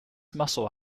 muscle